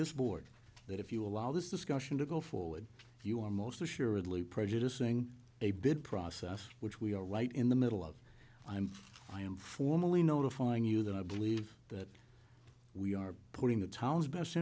this board that if you allow this discussion to go forward you are most assuredly prejudicing a bid process which we are right in the middle of and i am formally notifying you that i believe that we are putting the town's best